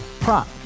prop